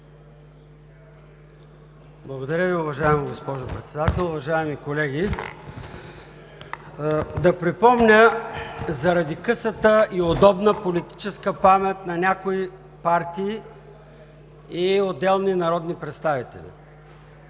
Благодаря Ви, уважаема госпожо Председател. Уважаеми колеги, да припомня заради късата и удобна политическа памет на някои партии и отделни народни представители: